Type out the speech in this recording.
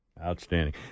Outstanding